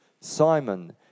Simon